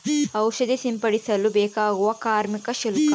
ಔಷಧಿ ಸಿಂಪಡಿಸಲು ಬೇಕಾಗುವ ಕಾರ್ಮಿಕ ಶುಲ್ಕ?